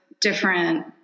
different